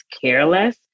careless